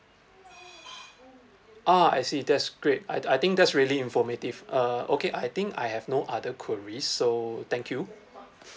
ah I see that's great I I think that's really informative uh okay I think I have no other queries so thank you